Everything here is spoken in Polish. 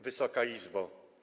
Wysoka Izbo!